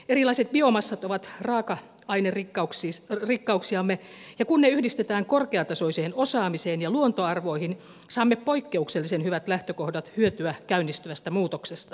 erilaiset biomassat ovat raaka ainerikkauksiamme ja kun ne yhdistetään korkeatasoiseen osaamiseen ja luontoarvoihin saamme poikkeuksellisen hyvät lähtökohdat hyötyä käynnistyvästä muutoksesta